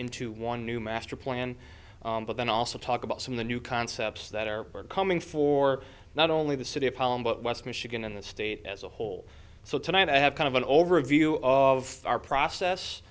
into one new master plan but then also talk about some of the new concepts that are coming for not only the city of palm but west michigan and the state as a whole so tonight i have kind of an overview of our process